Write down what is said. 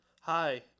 Hi